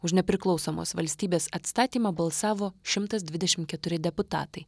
už nepriklausomos valstybės atstatymą balsavo šimtas dvidešimt keturi deputatai